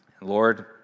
Lord